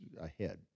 ahead